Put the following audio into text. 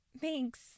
thanks